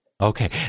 Okay